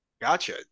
Gotcha